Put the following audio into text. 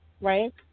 right